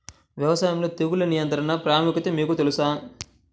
వ్యవసాయంలో తెగుళ్ల నియంత్రణ ప్రాముఖ్యత మీకు తెలుసా?